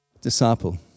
disciple